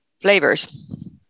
flavors